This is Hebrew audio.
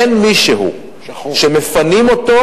אין מישהו שמפנים אותו